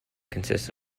consists